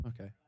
Okay